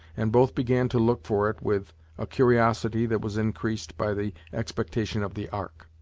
and both began to look for it with a curiosity that was increased by the expectation of the ark.